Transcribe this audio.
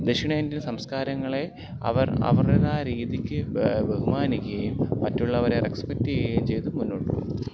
ദക്ഷിണേന്ത്യൻ സംസ്കാരങ്ങളെ അവർ അവരുടേതായ രീതിയ്ക്ക് ബഹുമാനിക്കുകയും മറ്റുള്ളവരെ റെസ്പെക്ട് ചെയ്യുകയും ചെയ്തു മുന്നോട്ട് പോകുന്നു